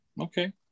Okay